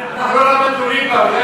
אנחנו לא למדנו ליבה אולי,